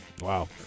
Wow